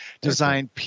designed